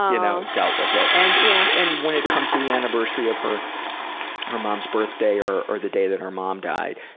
you know, dealt with it. and yeah and when it comes to the anniversary of her her mom's birthday or or the day that her mom died,